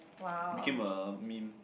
he became a meme